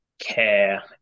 care